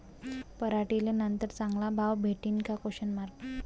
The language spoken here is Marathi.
पराटीले नंतर चांगला भाव भेटीन का?